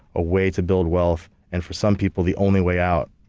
a way to build wealth. and for some people, the only way out.